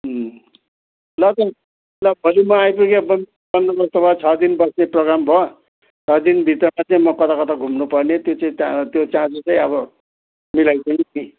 ल त ल भोलि म आइपुगेँ भने छ दिन बस्ने प्रोग्राम भयो छ दिन भित्रमा चाहिँ म कता कता घुम्नु पर्ने त्यो चाहिँ चाँजो त्यो चाँजो चाहिँ अब मिलाइदिनु नि